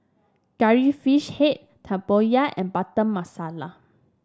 Curry Fish Head tempoyak and Butter Masala